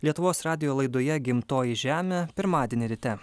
lietuvos radijo laidoje gimtoji žemė pirmadienį ryte